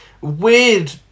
weird